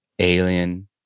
Alien